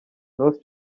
north